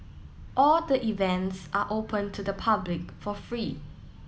all the events are open to the public for fee